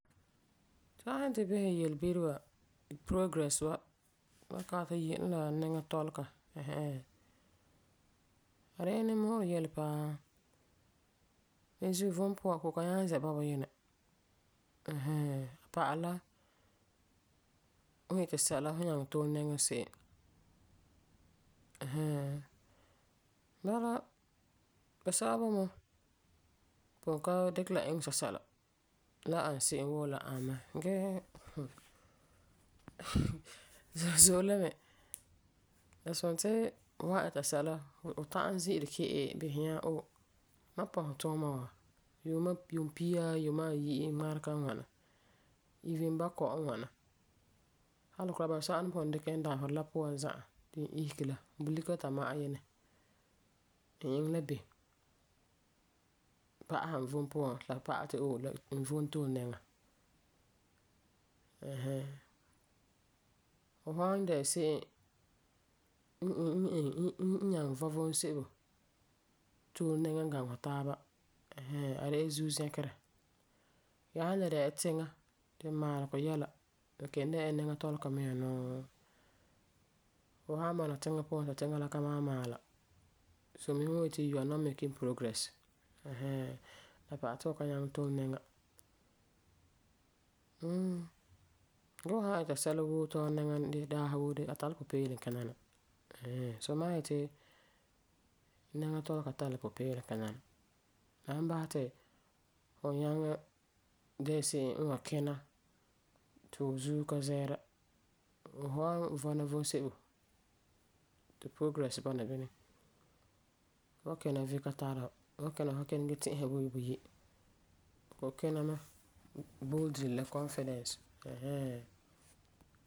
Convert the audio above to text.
Tu san yeti tu bisɛ yelebire wa, progress wa, tumam kalam tu yi'iri e la nɛŋatɔlega ɛɛn hɛɛn. A dela nimmu'urɛ yele yele paa. Beni zuo, vom puan fu kɔ'ɔm kan nyaŋɛ zi'a bɔbeyinɛ ɛɛn hɛɛn. Pa'alɛ la fu iti sɛla fu nyaŋɛ tole nɛŋa se'em. Ɛɛn hɛɛn Nɛreba, basɛba boi mɛ kɔ'ɔm ka dikɛ la iŋɛ sɛsɛla. La an se'em woo la ani mɛ. Gee hmm, zo'e zo'e la me, la sum ti fu san ita sɛla, fu ta'am zi'ire ki'i bisɛ nyaa om, mam pɔsɛ tuuma wa yuuma yuumpitã, yuuma ayi, ŋmarega n ŋwana. Ivin bakɔi n ŋwana. Hali basɛba kuraa ni dikɛ e mɛ dabeserɛ la puan za'a n ti n isege la, bulika ta ma'ɛ Yinɛ, n iŋɛ la bem, pa'asɛ n vom ti la pa'alɛ ti oom n vom tole nɛŋa. Ɛɛn hɛɛn. Fu san dɛna la se'em n n n iŋɛ n nyaŋɛ vɔ' vom sebo tole nɛŋa gaŋɛ fu taaba ɛɛn hɛɛn, a de la zuuzɛkerɛ. Ya san le dɛna la tiŋa timmaalegɔ yɛla, la kelum dɛna la nɛŋa tɔlega mia nuu. Fu san bɔna tiŋa puan ti tiŋa la ka maam ma'ala, Solemia ni yeti 'you are not making progress'. Ɛɛn hɛɛn, la pa'alɛ ti fu ka nyaŋɛ tole nɛŋa. Mam, gee fu san ita sɛla tɔla nɛŋa de daarewoo de, la tari la pupeelum kina na. Ɛɛn hɛɛn. Soo mam wan yeti nɛŋa tɔlega tari la pupeelum kina na. La me basɛ ti fu nyaŋe di'a la se'em n wan kina ti fu zuo ka zɛɛra. Fu fu san vɔna vom sebo ti 'progress' bɔna bini, fu san kina vi ka tari fu. Fu ka kini gee ti'isa buyi buyi. Fu kɔ'ɔm kina mɛ booledili la kɔnfidɛnsɛ ɛɛn hɛɛn.